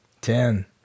Ten